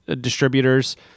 distributors